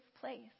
place